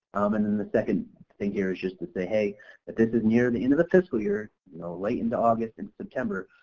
um and then the second thing here is just to say hey that this is near the end of the fiscal year, you know late into august and september,